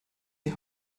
die